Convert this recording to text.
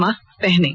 mask पहनें